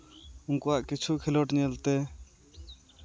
ᱩᱱᱠᱩᱣᱟᱜ ᱠᱤᱪᱷᱩ ᱠᱷᱮᱞᱳᱰ ᱧᱮᱞᱛᱮ